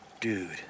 dude